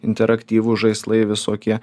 interaktyvūs žaislai visokie